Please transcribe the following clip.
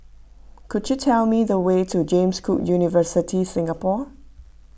could you tell me the way to James Cook University Singapore